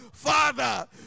Father